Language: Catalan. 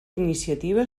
iniciativa